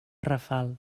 rafal